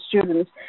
students